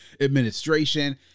administration